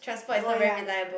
oh ya